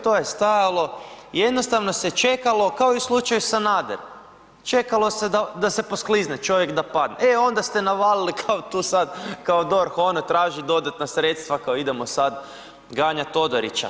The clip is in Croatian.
To je stajalo i jednostavno se čekalo, kao i u slučaju Sanader, čekalo se da se posklizne čovjek da padne, e onda ste navali kao tu sad kao DORH ono traži dodatna sredstva kao idemo sad ganjati Todorića.